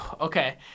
Okay